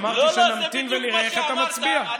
אמרתי שנמתין ונראה איך אתה מצביע.